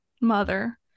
mother